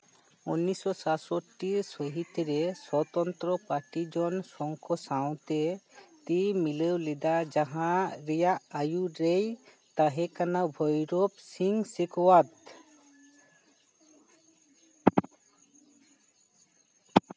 ᱩᱱᱤᱥᱥᱚ ᱥᱟᱦᱤᱛ ᱨᱮ ᱥᱚᱛᱚᱱᱛᱨᱚ ᱯᱟᱴᱤ ᱡᱚᱱ ᱥᱚᱝᱠᱚ ᱥᱟᱶᱛᱮ ᱛᱤ ᱢᱤᱞᱟᱹᱣ ᱞᱮᱫᱟ ᱡᱟᱦᱟ ᱨᱮᱭᱟᱜ ᱟᱭᱩᱨ ᱨᱮᱭ ᱛᱟᱦᱮᱸᱠᱟᱱᱟ ᱵᱷᱳᱭᱨᱳᱵᱽ ᱥᱤᱝ ᱥᱮᱠᱚᱣᱟᱫ